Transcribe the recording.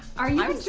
are you